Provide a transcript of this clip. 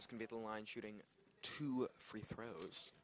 as can be the line shooting two free throws